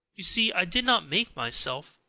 you see i did not make myself.